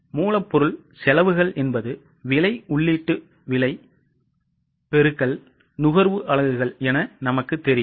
மூலப்பொருள் செலவுகள் என்பது விலை உள்ளீட்டு விலை பெருக்கல் நுகர்வு அலகுகள் என நமக்குத் தெரியும்